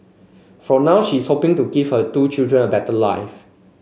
for now she is hoping to give her two children a better life